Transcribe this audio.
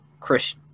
Chris